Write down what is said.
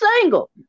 single